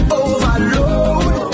overload